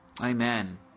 Amen